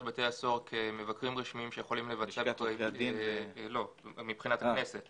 בתי הסוהר כמבקרים רשמיים מבחינת הכנסת